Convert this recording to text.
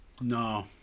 No